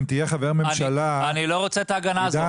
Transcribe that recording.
אם תהיה חבר ממשלה --- אני לא רוצה את ההגנה הזאת.